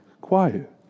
quiet